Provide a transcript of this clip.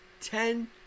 Ten